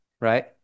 right